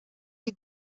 die